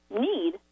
need